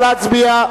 נא להצביע.